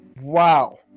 Wow